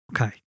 Okay